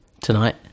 tonight